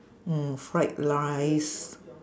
mm fried rice